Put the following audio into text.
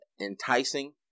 enticing